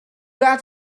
that